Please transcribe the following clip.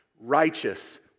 righteous